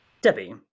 Debbie